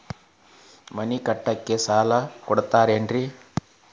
ಮನಿ ಕಟ್ಲಿಕ್ಕ ಸಾಲ ಕೊಡ್ತಾರೇನ್ರಿ?